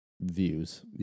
views